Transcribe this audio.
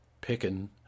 picking